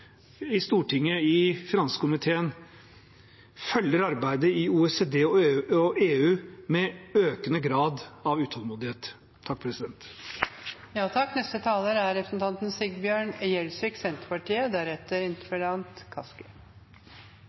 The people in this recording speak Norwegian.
i Stortinget og i finanskomiteen, følger arbeidet i OECD og EU med en økende grad av utålmodighet.